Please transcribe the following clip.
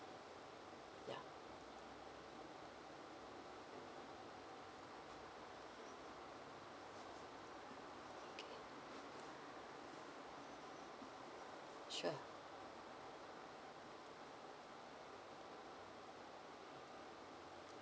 ya okay sure